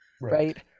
right